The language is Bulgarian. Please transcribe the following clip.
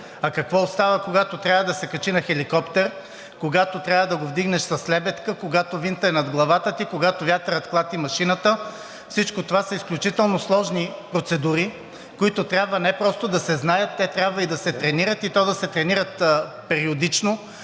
а какво остава, когато трябва да се качи на хеликоптер, когато трябва да го вдигнеш с лебедка, когато винтът е над главата ти, когато вятърът клати машината – всичко това са сложни процедури, които трябва не просто да се знаят, те трябва да се тренират, и то да се тренират периодично,